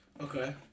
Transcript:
Okay